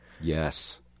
Yes